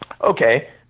okay